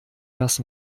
das